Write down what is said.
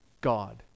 God